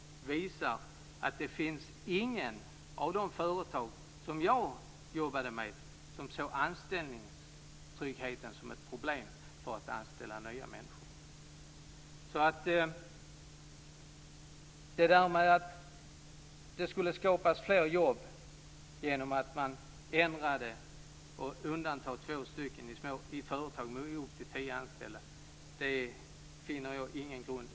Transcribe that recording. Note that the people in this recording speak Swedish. Erfarenheten visar att inga av de företag som jag jobbade med såg anställningstryggheten som ett problem för att anställa nya. Jag finner ingen grund att det skulle skapas fler jobb genom att kunna undanta två stycken från turordningsreglerna i småföretag med upp till tio anställda.